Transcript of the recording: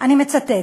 אני מצטטת: